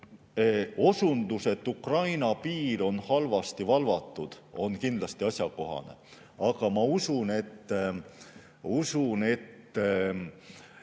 Osundus, et Ukraina piir on halvasti valvatud, on kindlasti asjakohane. Aga ma usun, et need